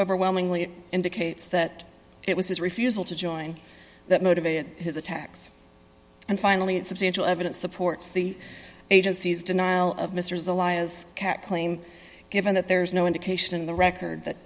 overwhelmingly indicates that it was his refusal to join that motivated his attacks and finally that substantial evidence supports the agency's denial of mr zelaya as claim given that there's no indication in the record that